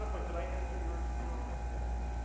but wait, did i answer yours here okay? yeah, thank you,